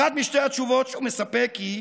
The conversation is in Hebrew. אחת משתי התשובות שהוא מספק היא: